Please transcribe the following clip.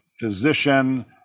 physician